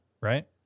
Right